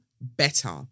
better